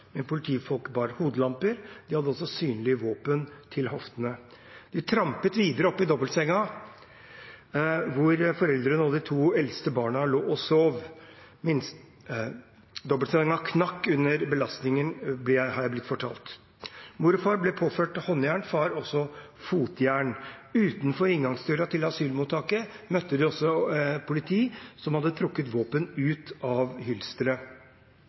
bar hodelamper, og de hadde synlige våpen til hoftene. De trampet videre opp i dobbeltsenga der foreldrene og de to eldste barna lå og sov. Dobbeltsenga knakk under belastningen, er jeg blitt fortalt. Mor og far ble påført håndjern, far også fotjern. Utenfor inngangsdøra til asylmottaket møtte de politi som hadde trukket våpen ut av